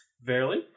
Verily